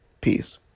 Peace